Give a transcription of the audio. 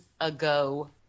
ago